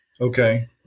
okay